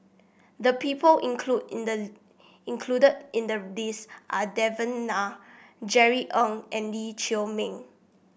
the people included in the included in the list are Devan Nair Jerry Ng and Lee Chiaw Meng